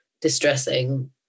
distressing